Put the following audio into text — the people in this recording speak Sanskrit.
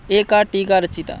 एका टीका रचिता